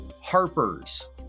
Harpers